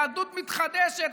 יהדות מתחדשת.